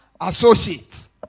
associates